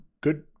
good